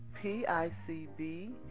PICB